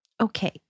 Okay